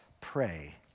pray